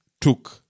took